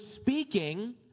speaking